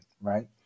right